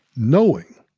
knowing